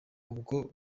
ubwo